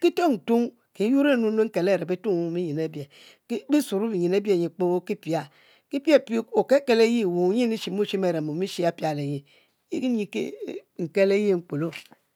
kitumtum kinyuor nu nkenlo areckitum binyin abie, kisuruo binyin abie nyi kpoo ki pia, kipie pie, okelkel abuobo che mom e'she apiali.